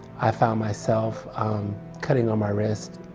i found myself cutting on my wrist,